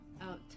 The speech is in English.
out